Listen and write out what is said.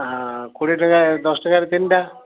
ହଁ କୋଡ଼ିଏ ଟଙ୍କିଆ ଦଶ ଟଙ୍କାରେ ତିନିଟା